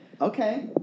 Okay